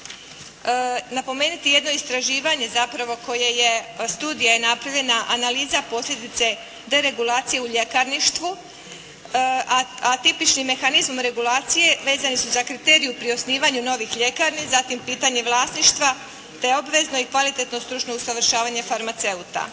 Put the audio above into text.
napomenuti jedno istraživanje zapravo koje je, studija je napravljena, analiza posljedice deregulacije u ljekarništvu a tipičnim mehanizmom regulacije vezani su za kriterije pri osnivanju novih ljekarni, zatim pitanje vlasništva te obvezno i kvalitetno stručno usavršavanje farmaceuta.